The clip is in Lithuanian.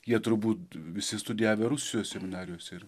jie turbūt visi studijavę rusijos seminarijose yra